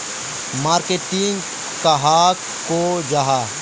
Marketing कहाक को जाहा?